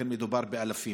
לכן מדובר באלפים.